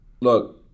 look